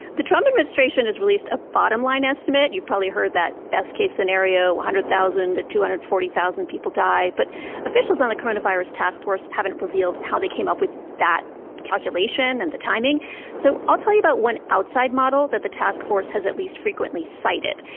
the trump administration has released a bottom-line estimate. you've probably heard that best-case scenario one ah hundred thousand to two hundred and forty thousand people die. but officials on the coronavirus task force haven't revealed how they came up with that calculation and the timing so i'll tell you about one outside model that the task force has at least frequently cited.